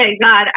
God